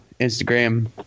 Instagram